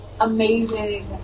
amazing